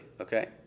Okay